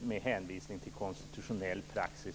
med hänvisning till konstitutionell praxis.